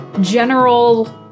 general